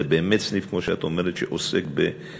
זה באמת סניף, כמו שאת אומרת, שעוסק בהמון.